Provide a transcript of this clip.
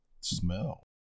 smell